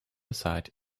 aside